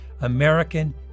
American